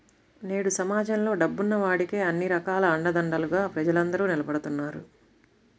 నేడు సమాజంలో డబ్బున్న వాడికే అన్ని రకాల అండదండలుగా ప్రజలందరూ నిలబడుతున్నారు